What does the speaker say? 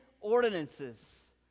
ordinances